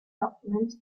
document